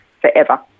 forever